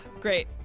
Great